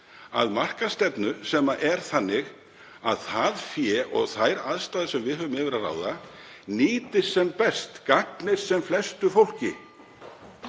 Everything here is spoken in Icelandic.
að marka stefnu sem er þannig að það fé og þær aðstæður sem við höfum yfir að ráða nýtist sem best, gagnist sem flestu fólki